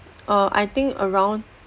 uh I think around